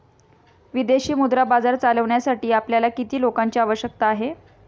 विदेशी मुद्रा बाजार चालविण्यासाठी आपल्याला किती लोकांची आवश्यकता आहे?